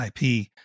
ip